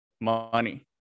money